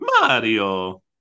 Mario